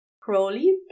Crowley